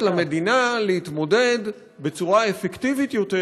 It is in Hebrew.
למדינה להתמודד בצורה אפקטיבית יותר